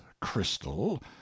crystal